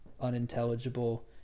unintelligible